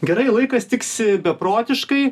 gerai laikas tiksi beprotiškai